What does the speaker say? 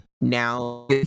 now